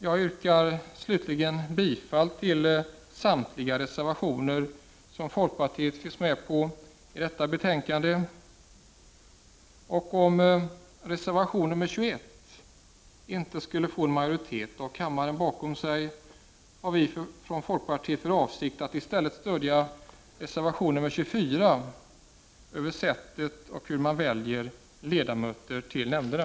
Jag yrkar slutligen bifall till samtliga reservationer i detta betänkande vilka folkpartiet står bakom. vi från folkpartiet för avsikt att i stället stödja reservation 24 om sättet för val av ledamöter till nämnderna.